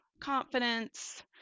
confidence